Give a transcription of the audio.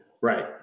Right